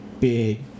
big